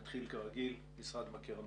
נתחיל כרגיל עם משרד מבקר המדינה.